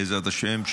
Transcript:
בעזרת השם,